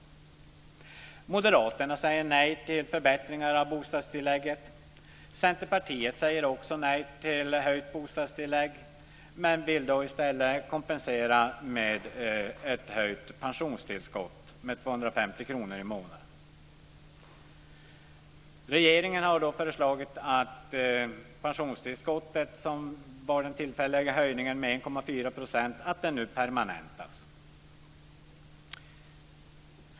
Moderaterna säger nej till förbättringar av bostadstillägget. Centerpartiet säger också nej till höjt bostadstillägg. Man vill i stället kompensera med ett höjt pensionstillskott på 250 kr i månaden. Regeringen har föreslagit att den tillfälliga höjningen av pensionstillskottet på 1,4 % ska permanentas.